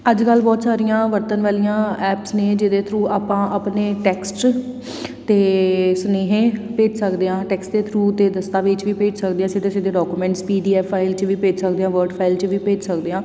ਅੱਜ ਕੱਲ੍ਹ ਬਹੁਤ ਸਾਰੀਆਂ ਵਰਤਣ ਵਾਲੀਆਂ ਐਪਸ ਨੇ ਜਿਹਦੇ ਥਰੂ ਆਪਾਂ ਆਪਣੇ ਟੈਕਸਟ ਅਤੇ ਸੁਨੇਹੇ ਭੇਜ ਸਕਦੇ ਹਾਂ ਟੈਕਸ ਦੇ ਥਰੂ ਤਾਂ ਦਸਤਾਵੇਜ ਵੀ ਭੇਜ ਸਕਦੇ ਹਾਂ ਸਿੱਧੇ ਸਿੱਧੇ documents P D F file 'ਚ ਵੀ ਭੇਜ ਸਕਦੇ ਹਾਂ ਵਰਡ ਫਾਈਲ 'ਚ ਵੀ ਭੇਜ ਸਕਦੇ ਹਾਂ